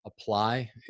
apply